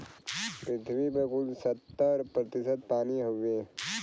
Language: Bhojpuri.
पृथ्वी पर कुल सत्तर प्रतिशत पानी हउवे